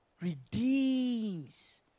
Redeems